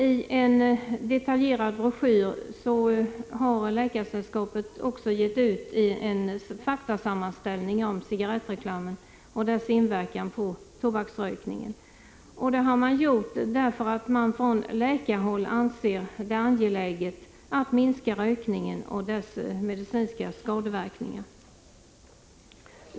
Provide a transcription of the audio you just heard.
I en detaljerad broschyr har Läkarsällskapet gett ut en faktasammanställning om cigarettreklamen och dess inverkan på tobaksrökningen. Det har man gjort därför att man från läkarhåll anser det angeläget att minska rökningen och dess medicinska skadeverkningar.